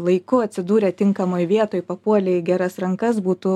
laiku atsidūrę tinkamoj vietoj papuolę į geras rankas būtų